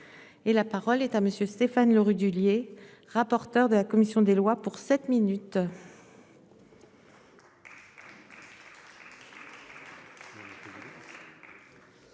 Et la parole est à monsieur Stéphane Le Rudulier, rapporteur de la commission des lois pour 7 minutes.